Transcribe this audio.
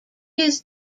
his